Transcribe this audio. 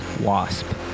WASP